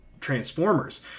Transformers